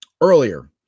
earlier